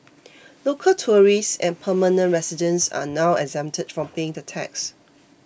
local tourists and permanent residents are now exempted from paying the tax